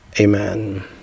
Amen